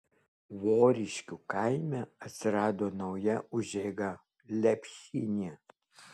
voriškių kaime atsirado nauja užeiga lepšynė